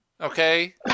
okay